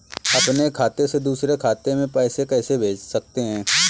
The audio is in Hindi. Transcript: अपने खाते से दूसरे खाते में पैसे कैसे भेज सकते हैं?